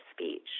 speech